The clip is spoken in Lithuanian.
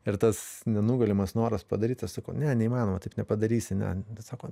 ir tas nenugalimas noras padaryt aš sakau ne neįmanoma taip nepadarysi ne sako